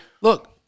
Look